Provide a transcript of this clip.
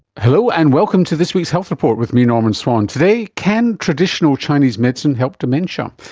hello and welcome to this week's health report with me, norman swan. today, can traditional chinese medicine help dementia?